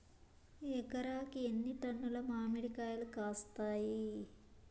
ఎకరాకి ఎన్ని టన్నులు మామిడి కాయలు కాస్తాయి?